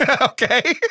Okay